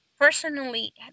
Personally